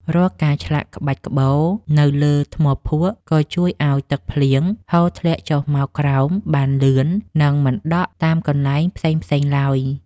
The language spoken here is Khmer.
រាល់ការឆ្លាក់ក្បាច់ក្បូរនៅលើថ្មភក់ក៏ជួយឱ្យទឹកភ្លៀងហូរធ្លាក់ចុះមកក្រោមបានលឿន និង មិនដក់តាមកន្លែងផ្សេងៗឡើយ។